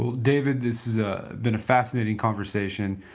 david this has been a fascinating conversation.